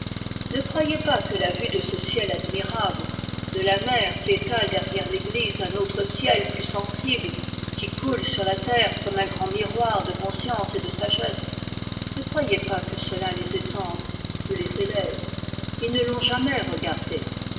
ne croyez pas que la vue de ce ciel admirable de la mer qui étale derrière l'église un autre ciel plus sensible qui coule sur la terre comme un grand miroir de conscience et de sagesse ne croyez pas que cela les étende ou les élève ils ne l'ont jamais regardé